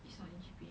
it's not in G_P_A